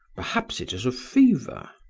perhaps it is a fever!